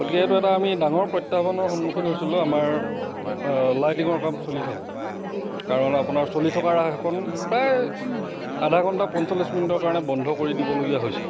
গতিকে এইটো এটা আমি ডাঙৰ প্ৰত্যাহ্বানৰ সন্মুখীন হৈছিলোঁ আমাৰ লাইটিঙৰ কাম চলি থাকোঁতে কাৰণ আপোনাৰ চলি থকা নাটকখন প্ৰায় আধা ঘণ্টা পঞ্চলিছ মিনিটৰ কাৰণে বন্ধ কৰি দিব লগীয়া হৈছিল